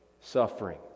suffering